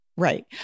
Right